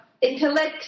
intellect